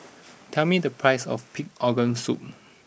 tell me the price of Pig Organ Soup